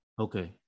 Okay